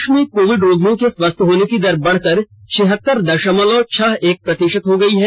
देश में कोविड रोगियों के स्वस्थ होने की दर बढ़कर छिहत्तर दशमलव छह एक प्रतिशत हो गयी है